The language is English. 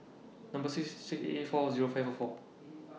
Number C six eight eight four Zero five four four